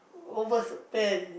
overspend